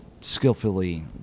skillfully